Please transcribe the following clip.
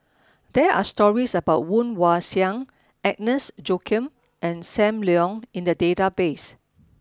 there are stories about Woon Wah Siang Agnes Joaquim and Sam Leong in the database